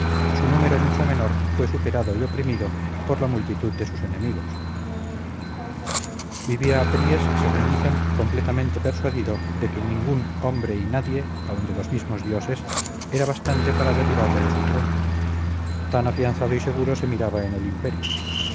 su número mucho menor fue superado y oprimido por la multitud de sus enemigos vivía apríes según dicen completamente persuadido de que ningún hombre y nadie aun de los mismos dioses era bastante a derribarle de su trono tan afianzado y seguro se miraba en le imperio